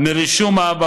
לא נכון.